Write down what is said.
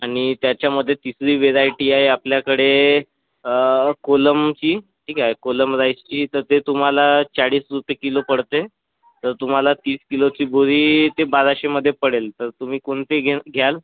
आणि त्याच्यामधे तिसरी व्हेरायटी आहे आपल्याकडे कोलमची ठीक आहे कोलम राइसची तर ते तुम्हाला चाळीस रुपये किलो पडते तर तुम्हाला तीस किलोची बोरी ते बाराशेमधे पडेल तर तुम्ही कोणते घे घ्याल